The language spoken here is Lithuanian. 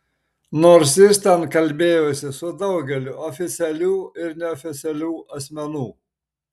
nors jis ten kalbėjosi su daugeliu oficialių ir neoficialių asmenų